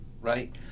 right